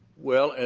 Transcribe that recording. well,